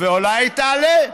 ואולי היא תעלה.